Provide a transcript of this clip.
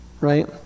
Right